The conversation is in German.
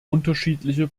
unterschiedliche